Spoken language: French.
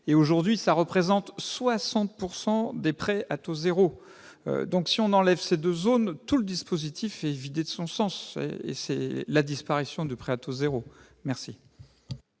et aujourd'hui, ça représente 60 pourcent des prêts à taux 0, donc si on enlève ces 2 zones tout le dispositif et vidé de son sens et c'est la disparition du prêt à taux 0 merci.